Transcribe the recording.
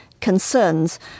concerns